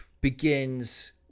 begins